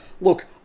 look